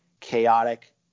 chaotic